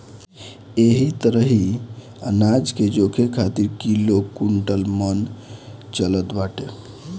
एही तरही अनाज के जोखे खातिर किलो, कुंटल, मन चलत बाटे